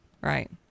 Right